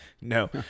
no